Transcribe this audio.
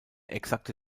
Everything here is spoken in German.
exakte